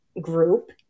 group